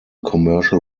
commercial